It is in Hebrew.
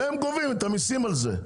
והם גובים את המסים על זה.